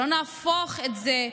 שלא נהפוך את זה,